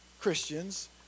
Christians